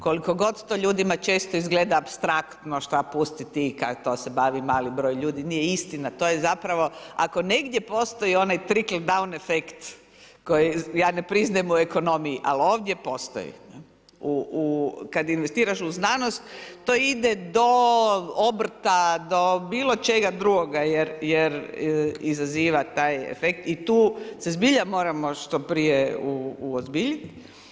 Koliko god to ljudima često izgleda apstraktno, šta pustiti ti to se bavi mali broj ljudi, nije istina, to je zapravo ako negdje postoji onaj trickle down efekt koji ja ne priznajem u ekonomiji, ali ovdje postoji kada investiraš u znanost, to ide do obrta do bilo čega drugoga jer izaziva taj efekt i tu se zbilja moramo što prije uozbiljiti.